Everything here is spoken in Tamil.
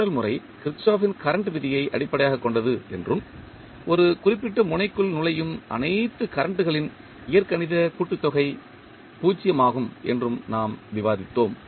நோடல் முறை கிர்ச்சோஃப்பின் கரண்ட் விதியை அடிப்படையாகக் கொண்டது என்றும் ஒரு குறிப்பிட்ட முனைக்குள் நுழையும் அனைத்து கரண்ட் களின் இயற்கணித கூட்டுத்தொகை தொகை பூஜ்ஜியமாகும் என்றும் நாம் விவாதித்தோம்